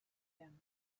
them